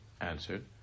answered